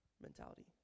mentality